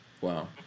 Wow